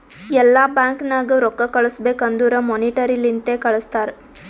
ಎಲ್ಲಾ ಬ್ಯಾಂಕ್ ನಾಗ್ ರೊಕ್ಕಾ ಕಳುಸ್ಬೇಕ್ ಅಂದುರ್ ಮೋನಿಟರಿ ಲಿಂತೆ ಕಳ್ಸುತಾರ್